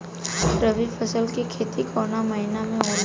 रवि फसल के खेती कवना महीना में होला?